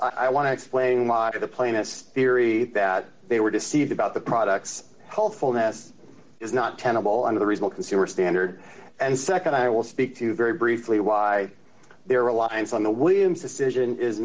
i want to explain why the plainest theory that they were deceived about the products healthfulness is not tenable and the result consumer standard and nd i will speak to very briefly why their reliance on the williams decision is